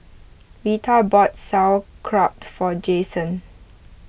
Rita bought Sauerkraut for Jayson